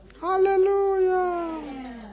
Hallelujah